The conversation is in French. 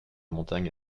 montagne